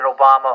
Obama